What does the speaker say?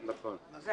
אני